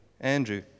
Andrew